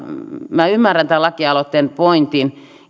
minä ymmärrän tämän lakialoitteen pointin